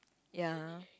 ya